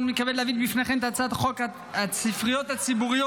אני מתכבד להביא בפניכם את הצעת חוק הספריות הציבוריות,